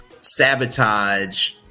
sabotage